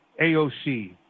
AOC